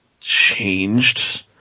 changed